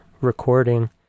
recording